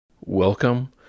Welcome